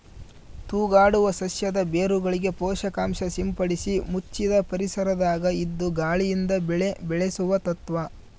ತೂಗಾಡುವ ಸಸ್ಯದ ಬೇರುಗಳಿಗೆ ಪೋಷಕಾಂಶ ಸಿಂಪಡಿಸಿ ಮುಚ್ಚಿದ ಪರಿಸರದಾಗ ಇದ್ದು ಗಾಳಿಯಿಂದ ಬೆಳೆ ಬೆಳೆಸುವ ತತ್ವ